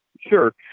Sure